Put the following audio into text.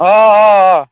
آ آ آ